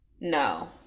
no